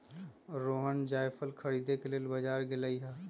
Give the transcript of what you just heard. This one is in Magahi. रोहण जाएफल खरीदे के लेल बजार गेलई ह